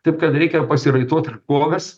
taip kad reikia pasiraitot rankoves